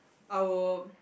I will